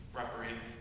referees